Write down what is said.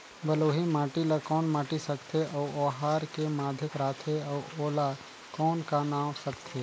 बलुही माटी ला कौन माटी सकथे अउ ओहार के माधेक राथे अउ ओला कौन का नाव सकथे?